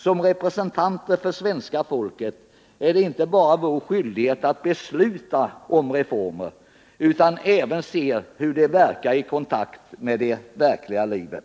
Som representanter för svenska folket är det vår skyldighet inte bara att besluta om reformer utan även att se efter hur de verkar i kontakt med det verkliga livet.